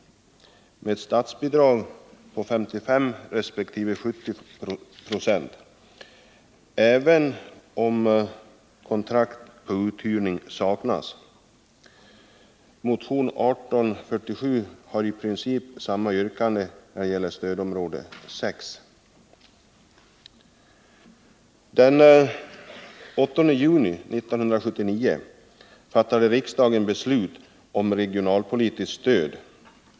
med statsbidrag på 55 resp. 70 Zo, även om kontrakt på Den 8 juni 1979 fattade riksdagen beslut om regionalpolitiskt stöd.